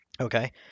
Okay